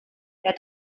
der